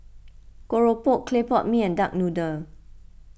Keropok Clay Pot Mee and Duck Noodle